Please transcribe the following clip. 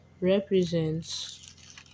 represents